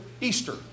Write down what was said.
Easter